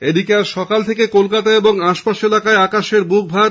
এদিকে আজ সকাল থেকে কলকাতা ও আশপাশ এলাকায় আকাশের মুখ ভার